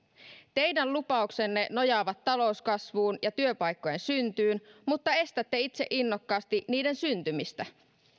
teidän lupauksenne nojaavat talouskasvuun ja työpaikkojen syntyyn mutta estätte itse innokkaasti niiden syntymistä